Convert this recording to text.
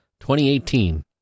2018